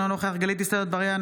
אינו נוכח גלית דיסטל אטבריאן,